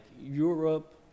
Europe